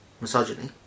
misogyny